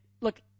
Look